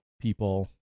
people